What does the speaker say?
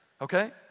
okay